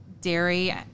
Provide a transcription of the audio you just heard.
dairy